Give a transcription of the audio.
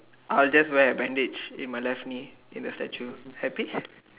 I'll just wear a bandage in my left knee in the statue happy